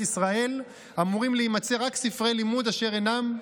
ישראל אמורים להימצא רק ספרי לימוד אשר אינם,